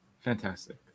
Fantastic